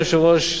אדוני היושב-ראש,